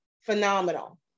Phenomenal